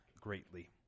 greatly